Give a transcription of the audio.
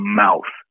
mouth